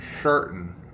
certain